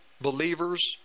believers